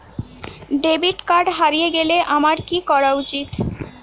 Debit card হারিয়ে গেলে আমার কি করা উচিৎ?